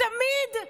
תמיד,